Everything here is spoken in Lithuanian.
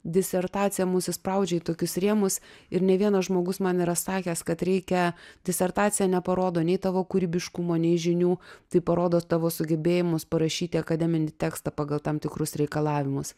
disertacija mus įspraudžia į tokius rėmus ir ne vienas žmogus man yra sakęs kad reikia disertacija neparodo nei tavo kūrybiškumo nei žinių tai parodo tavo sugebėjimus parašyti akademinį tekstą pagal tam tikrus reikalavimus